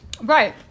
Right